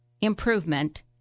improvement